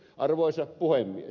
arvoisa puhemies